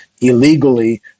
illegally